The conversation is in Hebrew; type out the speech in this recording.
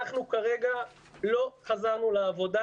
אנחנו כרגע לא חזרנו לעבודה.